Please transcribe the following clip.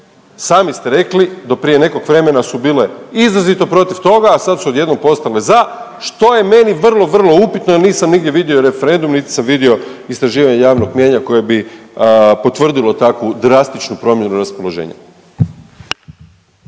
sami ste rekli, do prije nekog vremena su bile izrazito protiv toga, a sad su odjednom postale za, što je meni vrlo, vrlo upitno jer nisam nigdje vidio referendum niti sam vidio istraživanje javnog mnijenja koje bi potvrdilo takvu drastičnu promjenu raspoloženja.